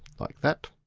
like that.